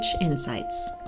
insights